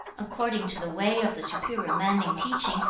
according to the way of the superior man in teaching,